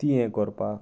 तीं हें करपाक